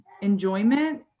enjoyment